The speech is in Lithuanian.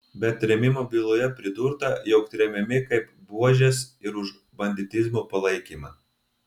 bet trėmimo byloje pridurta jog tremiami kaip buožės ir už banditizmo palaikymą